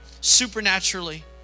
supernaturally